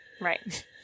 Right